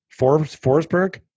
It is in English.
Forsberg